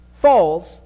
falls